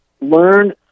Learn